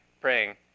praying